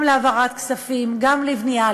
גם להעברת כספים, גם לבנייה.